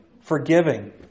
forgiving